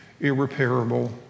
irreparable